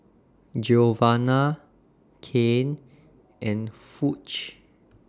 Giovanna Cain and Foch